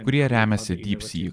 kurie remiasi dypsyk